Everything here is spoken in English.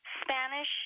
Spanish